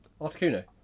Articuno